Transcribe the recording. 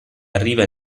arriva